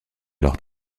leurs